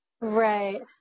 Right